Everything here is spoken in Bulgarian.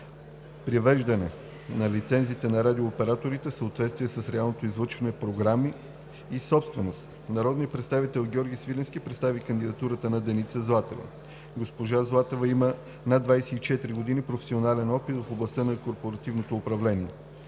привеждане на лицензните на радио операторите в съответствие с реално излъчваните програми и собственост. Народният представител Георги Свиленски представи кандидатурата на Деница Златева. Госпожа Златева има над 24 години професионален опит в областта на корпоративното управление,